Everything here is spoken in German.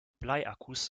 bleiakkus